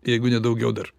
jeigu ne daugiau dar